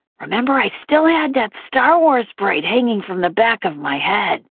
remember i still had that star wars braid hanging from the back of my head?